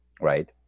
right